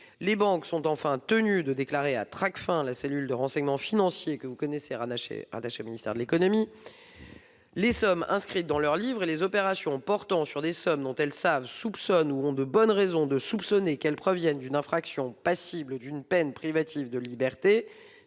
Les banques sont enfin tenues de déclarer à Tracfin, la cellule de renseignement financier rattachée au ministère de l'économie, « les sommes inscrites dans leurs livres ou les opérations portant sur des sommes dont elles savent, soupçonnent ou ont de bonnes raisons de soupçonner qu'elles proviennent d'une infraction passible d'une peine privative de liberté